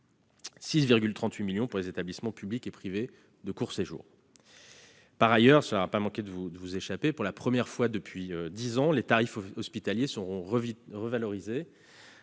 6,38 millions pour les établissements publics et privés de court séjour. Par ailleurs, cela ne vous aura pas échappé, pour la première fois depuis dix ans, les tarifs hospitaliers seront revalorisés